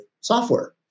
software